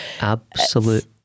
Absolute